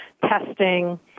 testing